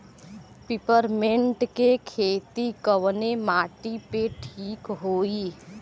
Peppermint के खेती कवने माटी पे ठीक होई?